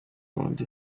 ubundi